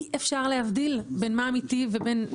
אי אפשר להבדיל בין מה אמיתי ומה לא אמיתי.